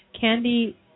Candy